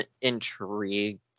intrigued